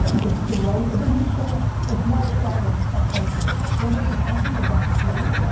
it's the write, and there's just so much, it's why i start with attention. where there's attention there's opportunity,